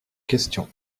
question